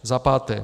Za páté.